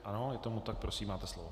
Ano, je tomu tak, prosím, máte slovo.